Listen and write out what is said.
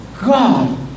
God